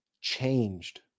changed